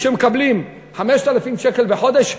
שמקבלים 5,000 שקל בחודש,